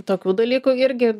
tokių dalykų irgi